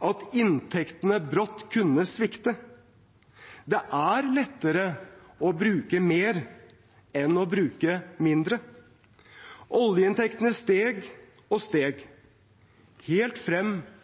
at inntektene brått kunne svikte. Det er lettere å bruke mer enn å bruke mindre. Oljeinntektene steg og steg, helt frem